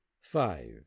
five